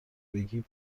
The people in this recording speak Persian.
بگی